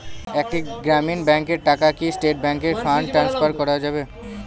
একটি গ্রামীণ ব্যাংকের টাকা কি স্টেট ব্যাংকে ফান্ড ট্রান্সফার করা যাবে?